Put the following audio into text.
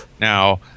now